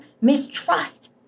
mistrust